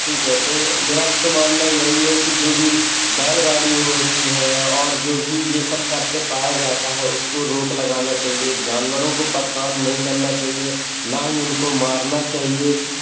ठीक है तो मेरा तो मानना यही है कि जो भी बैलगाड़ी होती हैं और जो भी ये सब का करते पाया जाता है उसको रोक लगाना चाहिए जानवरों को परेशान नहीं करना चाहिए ना ही उनको मारना चाहिए